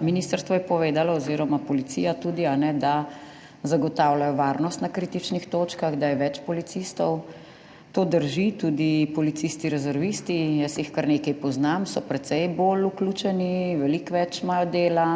Ministrstvo je povedalo oz. policija tudi, da zagotavljajo varnost na kritičnih točkah, da je več policistov. To drži. Tudi policisti rezervisti, jaz jih kar nekaj poznam, so precej bolj vključeni, veliko več imajo dela,